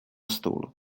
stůl